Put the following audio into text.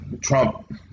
Trump